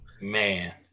Man